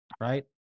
right